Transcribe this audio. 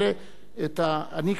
אני כבר לא אהיה פה,